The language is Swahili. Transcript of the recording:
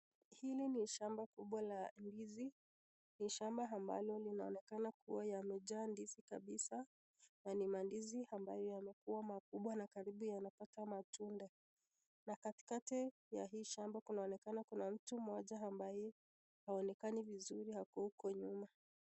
Hili ni shamba kubwa la ndizi ,ni shamba ambalo linaonekana kuwa yamejaa ndizi kabisa na ni mandizi ambayo yamekuwa makubwa na karibu yanapata matunda na katikati ya hii shamba kunaonekana kuna mtu mmoja ambaye haonekani vizuri ako huko nyuma.